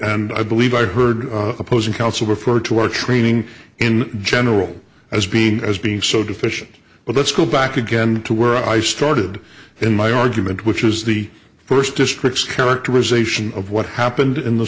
and i believe i heard opposing counsel refer to our training in general as being as being so deficient but let's go back again to where i started in my argument which is the first district's characterization of what happened in the